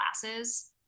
classes